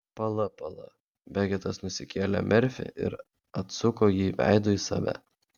pala pala beketas nusikėlė merfį ir atsuko jį veidu į save